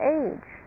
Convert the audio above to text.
age